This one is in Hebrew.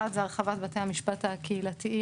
אחד זה הרחבת בתי המשפט הקהילתיים.